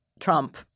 Trump